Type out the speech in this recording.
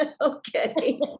Okay